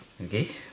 Okay